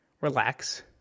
Relax